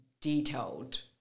detailed